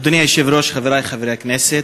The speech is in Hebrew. אדוני היושב-ראש, חברי חברי הכנסת,